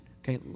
Okay